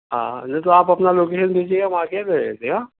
ہاں نہیں تو آپ اپنا لوکیشن دیجیے ہم آکے لے لیتے ہیں آں